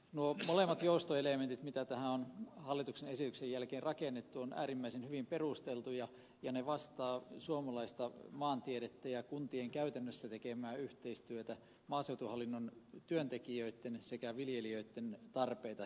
nuo molemmat joustoelementit mitä tähän on hallituksen esityksen jälkeen rakennettu ovat äärimmäisen hyvin perusteltuja ja ne vastaavat suomalaista maantiedettä ja kuntien käytännössä tekemää yhteistyötä maaseutuhallinnon työntekijöitten sekä viljelijöitten tarpeita